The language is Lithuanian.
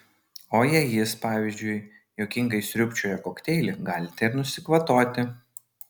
o jei jis pavyzdžiui juokingai sriubčioja kokteilį galite ir nusikvatoti